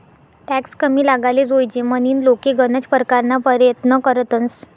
tax कमी लागाले जोयजे म्हनीन लोके गनज परकारना परयत्न करतंस